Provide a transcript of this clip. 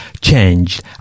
changed